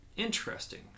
interesting